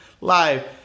live